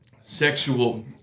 Sexual